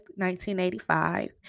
1985